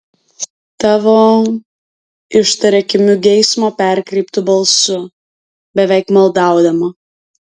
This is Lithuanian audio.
tavo ištaria kimiu geismo perkreiptu balsu beveik maldaudama